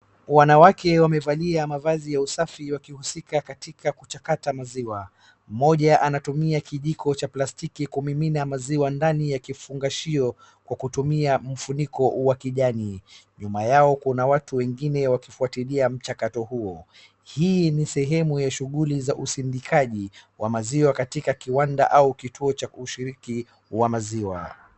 wanawake wamevalia mavazi ya usafi wakihusika katika kuchakata maziwa mmoja anatumia kijiko cha plastiki kumimina maziwa ndani ya kifungashio kwa kutumia mfuniko cha kijani nyuma yao kuna watu wengine wakifuatilia mchakato huo hii ni sehemu ya shughuli za usindikaji wa maziwa katika kiwanda au kituo cha ushiriki wa maziwa